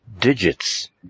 Digits